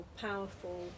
powerful